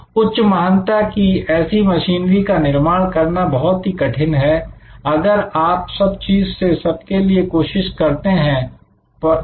उच्च महानता की ऐसी मशीनरी का निर्माण करना बहुत ही कठिन है अगर आप सब चीज से सबके लिए कोशिश करते हैं तो